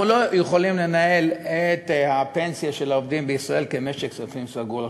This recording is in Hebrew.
אנחנו לא יכולים לנהל את הפנסיה של העובדים בישראל כמשק כספים סגור.